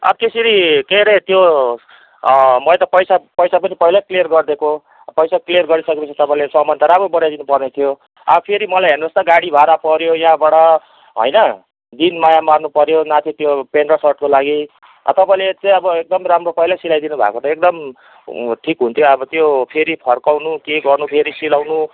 अब त्यसरी के अरे त्यो मैले त पैसा पैसा पनि पहिल्यै क्लियर गरिदिएको पैसा क्लियर गरिसके पछि तपाईँले सामान त राम्रो बनाइदिनु पर्ने थियो अब फेरि मलाई हेर्नुहोस् त गाडी भाडा पर्यो यहाँबाट होइन दिन माया मार्नु पर्यो नाथे त्यो पेन्ट र सर्टको लागि तपाईँले चाहिँ अब एकदम राम्रो पहिल्यै सिलाइदिनु भएको भए त एकदम हु ठिक हुन्थ्यो अब त्यो फेरि फर्काउनु के गर्नु फेरि सिलाउनु